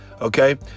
okay